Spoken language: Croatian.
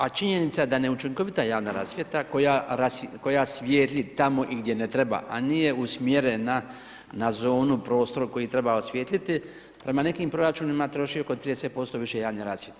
A činjenica da neučinkovita javna rasvjeta koja svijetli tamo i gdje ne treba a nije usmjerena na zonu prostora koji treba osvijetliti prema nekim proračunima troši oko 30% više javne rasvjete.